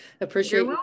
Appreciate